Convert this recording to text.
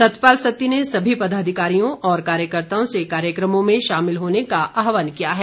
सतपाल सत्ती ने सभी पदाधिकारियों और कार्यकर्ताओं से कार्यक्रमों में शामिल होने का आह्वान किया है